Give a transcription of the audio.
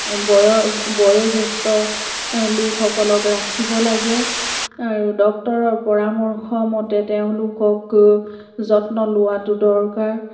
বয় বয়োজ্যষ্ঠ লোকসকলক ৰাখিব লাগে আৰু ডক্টৰৰ পৰামৰ্শ মতে তেওঁলোককো যত্ন লোৱাটো দৰকাৰ